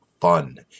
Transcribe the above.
fun